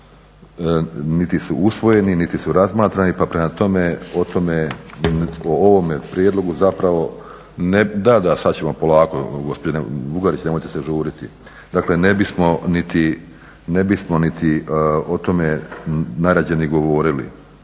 niti su usvojeni, niti su razmatrani pa prema tome o ovome prijedlogu zapravo, …/Upadica se ne čuje./… da da sad ćemo polako gospođo Lugarić, nemojte se žuriti. Dakle, ne bismo niti o tome najradije ni govorili.